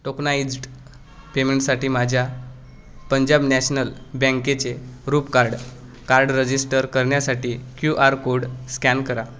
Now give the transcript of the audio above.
tokenised पेमेंटसाठी माझ्या Punjab national बँकेचे रूपे कार्ड कार्ड रजिस्टर करण्यासाठी क्यू आर कोड स्कॅन करा